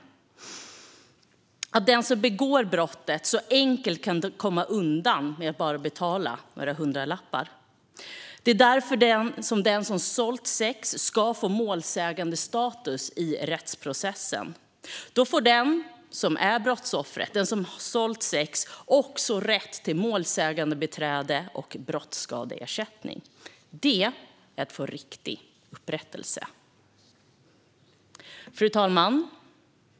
Det handlar om att den som begår brottet så enkelt kan komma undan med att bara betala några hundralappar. Det är därför den som har sålt sex ska få målsägandestatus i rättsprocessen. Då får den som är brottsoffret, den som har sålt sex, också rätt till målsägandebiträde och brottsskadeersättning. Det är att få riktig upprättelse. Fru talman!